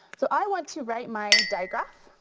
so i want to write my diagraph